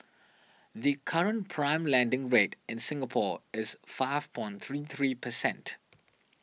the current prime lending rate in Singapore is five three three percent